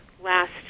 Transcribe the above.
last